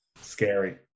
Scary